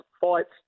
fights